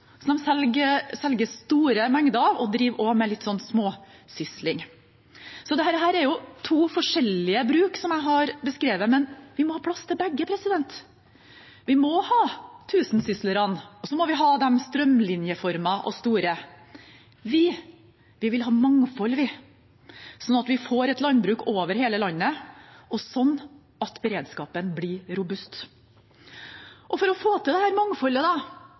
selger store mengder og driver også med litt småsysler. Dette er to forskjellige bruk som jeg har beskrevet, men vi må ha plass til begge. Vi må ha tusensyslerne, og vi må ha de strømlinjeformede og store. Vi vil ha mangfold, slik at vi får et landbruk over hele landet, og slik at beredskapen blir robust. For å få til dette mangfoldet har vi hevet noen tak. Vi har hevet noen tak for at det